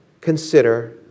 consider